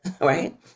right